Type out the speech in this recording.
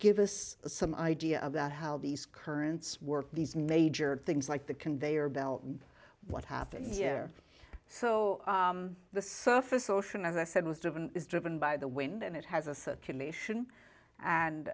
give us some idea about how these currents work these major things like the conveyor belt and what happened here so the surface ocean as i said was driven is driven by the wind and it has a circulation and